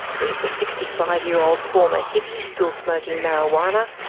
there's the sixty five year old former hippie still smoking marijuana,